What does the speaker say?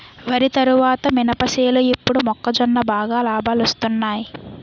వరి తరువాత మినప సేలు ఇప్పుడు మొక్కజొన్న బాగా లాబాలొస్తున్నయ్